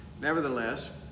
nevertheless